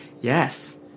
Yes